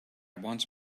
want